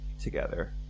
together